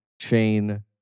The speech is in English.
chain